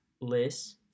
list